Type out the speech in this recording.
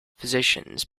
physicians